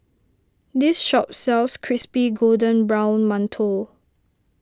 this shop sells Crispy Golden Brown Mantou